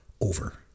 over